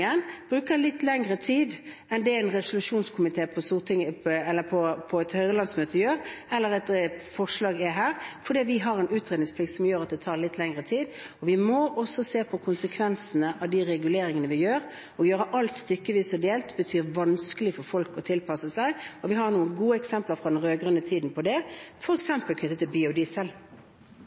litt lengre tid enn det en resolusjonskomité på et Høyre-landsmøte gjør når det gjelder et forslag her, fordi vi har en utredningsplikt, noe som gjør at det tar litt lengre tid. Vi må også se på konsekvensene av de reguleringene vi gjør. Å gjøre alt stykkevis og delt betyr at det er vanskelig for folk å tilpasse seg. Vi har noen gode eksempler fra den rød-grønne tiden på det, f.eks. knyttet til biodiesel.